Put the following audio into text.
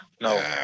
no